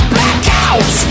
Blackout